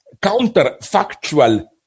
counterfactual